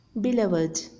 Beloved